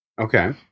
Okay